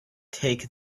take